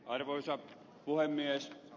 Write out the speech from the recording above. arvoisa puhemies